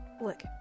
Look